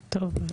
טוב,